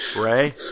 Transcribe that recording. Ray